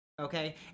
Okay